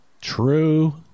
True